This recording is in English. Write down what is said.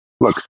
look